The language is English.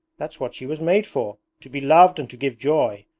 that's what she was made for to be loved and to give joy.